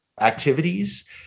activities